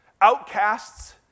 outcasts